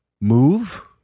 move